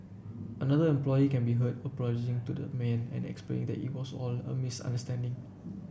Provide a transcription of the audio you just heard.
another employee can be heard apologising to the man and explaining that it was all a misunderstanding